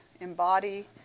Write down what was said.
embody